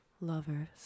lovers